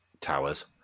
Towers